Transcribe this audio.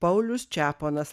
paulius čeponas